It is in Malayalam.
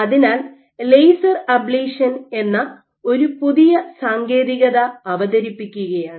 അതിനാൽ ലേസർ അബ്ളേഷൻ എന്ന ഒരു പുതിയ സാങ്കേതികത അവതരിപ്പിക്കുകയാണ്